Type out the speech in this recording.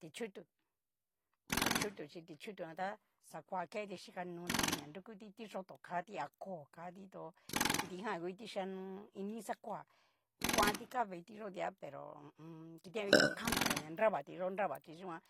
Ti'chutu, ti'chutu jan ta xakoa keti xhikanoti, ña nrukuti tiyoto kati, a koo kati to kitijan nguti chiano ini xakoa, kuanti ka veiti xó dia tu pero hu u un. kiti jan nguti kamaga ña nrava yó nrava ti yikoan